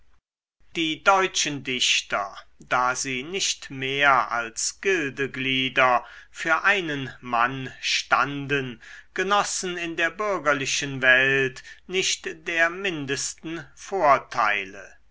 die deutschen dichter da sie nicht mehr als gildeglieder für einen mann standen genossen in der bürgerlichen welt nicht der mindesten vorteile